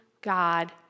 God